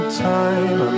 time